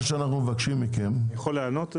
אני יכול לענות?